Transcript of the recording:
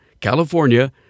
California